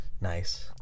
Nice